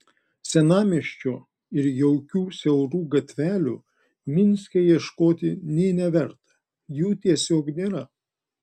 senamiesčio ir jaukių siaurų gatvelių minske ieškoti nė neverta jų tiesiog nėra